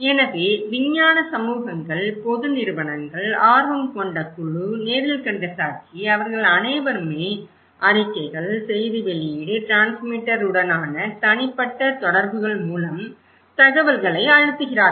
எனவே விஞ்ஞான சமூகங்கள் பொது நிறுவனங்கள் ஆர்வம் கொண்ட குழு நேரில் கண்ட சாட்சி அவர்கள் அனைவருமே அறிக்கைகள் செய்தி வெளியீடு டிரான்ஸ்மிட்டருடனான தனிப்பட்ட தொடர்புகள் மூலம் தகவல்களை அழுத்துகிறார்கள்